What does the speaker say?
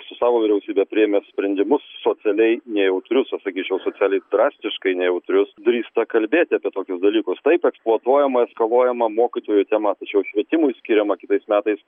su savo vyriausybe priėmė sprendimus socialiai nejautrius aš sakyčiau socialiai drastiškai nejautrius drįsta kalbėti apie tokius dalykus taip eksploatuojama eskaluojama mokytojų tema tačiau švietimui skiriama kitais metais